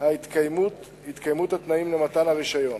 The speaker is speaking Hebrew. התקיימות התנאים למתן רשיון.